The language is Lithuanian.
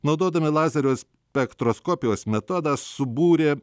naudodami lazerio spektroskopijos metodą subūrė